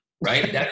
right